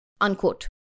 Unquote